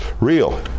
real